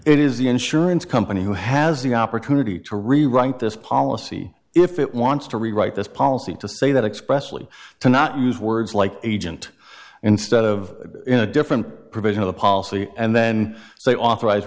it is the insurance company who has the opportunity to rewrite this policy if it wants to rewrite this policy to say that expressly to not use words like agent instead of in a different provision of the policy and then they authorize